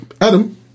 Adam